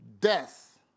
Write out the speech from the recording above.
death